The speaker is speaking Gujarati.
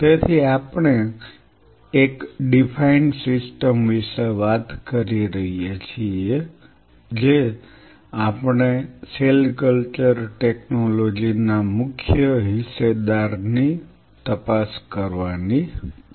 તેથી આપણે એક ડીફાઈન્ડ સિસ્ટમ વિશે વાત કરી રહ્યા છીએ જે આપણે સેલ કલ્ચર ટેકનોલોજી ના મુખ્ય હિસ્સેદારની તપાસ કરવાની છે